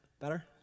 Better